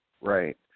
right